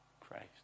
Christ